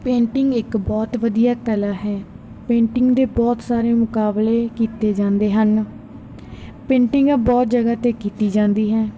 painting ਇੱਕ ਬਹੁਤ ਵਧੀਆ ਕਲਾ ਹੈ ਪੇਂਟਿੰਗ ਦੇ ਬਹੁਤ ਸਾਰੇ ਮੁਕਾਬਲੇ ਕੀਤੇ ਜਾਂਦੇ ਹਨ ਪੇਂਟਿੰਗਾਂ ਬਹੁਤ ਜਗ੍ਹਾ 'ਤੇ ਕੀਤੀ ਜਾਂਦੀ ਹੈ